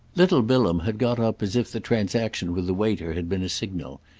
little bilham had got up as if the transaction with the waiter had been a signal,